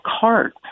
cart